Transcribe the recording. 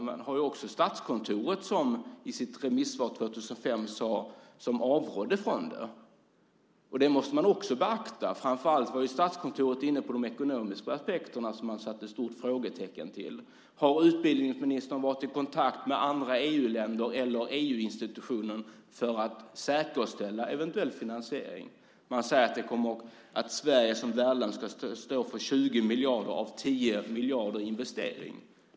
Men man har ju också Statskontoret, som i sitt remissvar 2005 avrådde från det. Det måste man också beakta. Framför allt var Statskontoret inne på de ekonomiska aspekterna, där man satte ett stort frågetecken. Har utbildningsministern varit i kontakt med andra EU-länder eller EU-institutionen för att säkerställa eventuell finansiering? Man säger att Sverige som värdland ska stå för 20 % av 10 miljarder i investeringskostnader.